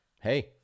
hey